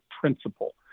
principle